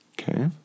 Okay